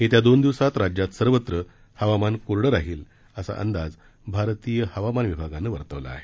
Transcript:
येत्या दोन दिवसात राज्यात सर्वत्र हवामान कोरप राहील असा अंदाज भारतीय हवामान विभागानं वर्तवला आहे